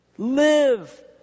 Live